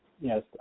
Yes